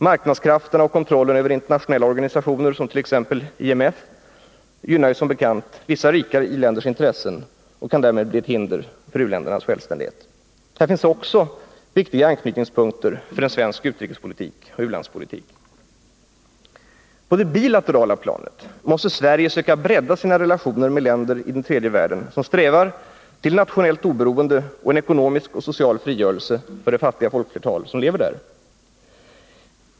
Marknadskrafterna och kontrollen över internationella organisationer som IMF gynnar som bekant vissa rikare i-länders intressen och kan därmed bli ett hinder för u-ländernas självständighet. Här finns också viktiga anknytningspunkter för en svensk utrikespolitik och u-landspolitik. På det bilaterala planet måste Sverige söka bredda sina relationer med länder i den tredje världen som strävar till nationellt oberoende och en ekonomisk och social frigörelse för det fattiga folkflertal som lever där.